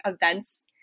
events